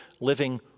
living